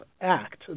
Act